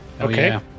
Okay